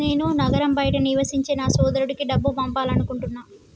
నేను నగరం బయట నివసించే నా సోదరుడికి డబ్బు పంపాలనుకుంటున్నా